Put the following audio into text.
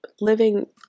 living